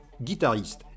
guitariste